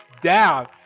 down